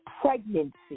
pregnancy